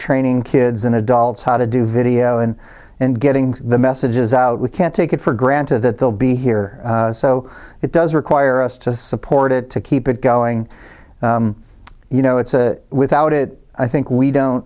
training kids and adults how to do video and and getting the messages out we can't take it for granted that they'll be here so it does require us to support it to keep it going you know it's without it i think we don't